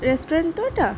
restaurant তো এটা